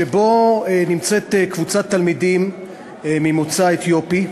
שבו נמצאת קבוצת תלמידים ממוצא אתיופי.